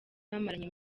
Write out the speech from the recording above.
bamaranye